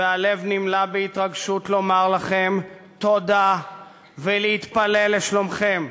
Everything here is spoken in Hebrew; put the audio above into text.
והלב נמלא בהתרגשות לומר לכם תודה ולהתפלל לשלומכם.